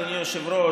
אדוני היושב-ראש,